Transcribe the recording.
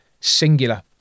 singular